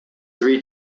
three